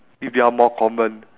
if they are more common